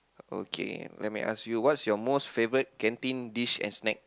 okay let me ask you what's your most favourite canteen dish and snack